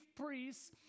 priests